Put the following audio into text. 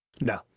No